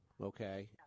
Okay